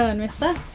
ah and mister